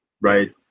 right